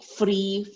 free